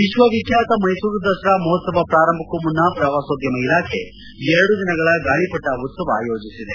ವಿಶ್ವ ವಿಬ್ಯಾತ ಮೈಸೂರು ದಸರಾ ಮಹೋತ್ಸವ ಪ್ರಾರಂಭಕ್ಕೂ ಮುನ್ನ ಪ್ರವಾಸೋದ್ಯಮ ಇಲಾವೆ ಎರಡು ದಿನಗಳ ಗಾಳಪಟ ಉತ್ಸವವನ್ನು ಆಯೋಜಿಸಿದೆ